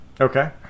Okay